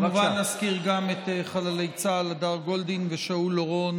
כמובן נזכיר גם את חללי צה"ל הדר גולדין ושאול אורון,